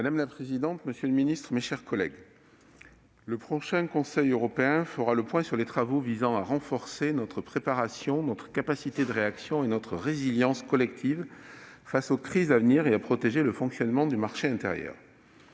Madame la présidente, monsieur le secrétaire d'État, mes chers collègues, la prochaine réunion du Conseil européen fera le point sur les travaux visant à renforcer notre préparation, notre capacité de réaction ainsi que notre résilience collective face aux crises à venir, et à protéger le fonctionnement du marché intérieur.